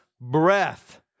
breath